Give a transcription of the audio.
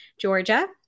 Georgia